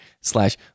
slash